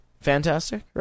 Fantastic